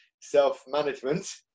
self-management